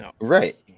right